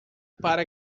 para